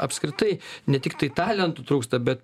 apskritai ne tiktai talentų trūksta bet